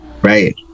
Right